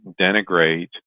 denigrate